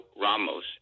Ramos